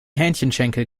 hähnchenschenkel